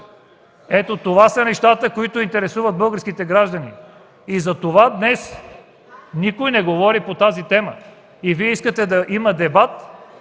Ето това са нещата, които интересуват българските граждани и затова днес никой не говори по тази тема. Вие искате да има дебат,